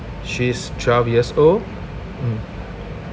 she is twelve years old mm